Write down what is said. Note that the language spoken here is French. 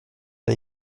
l’a